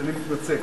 אני מתנצל.